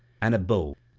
and a bow,